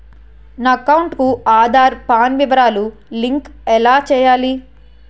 నా అకౌంట్ కు ఆధార్, పాన్ వివరాలు లంకె ఎలా చేయాలి?